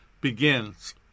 begins